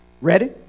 ready